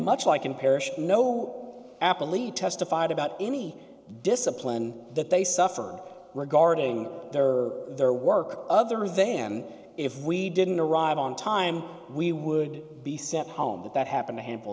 much like in parish no apple e testified about any discipline that they suffered regarding their or their work other than if we didn't arrive on time we would be sent home but that happened a hand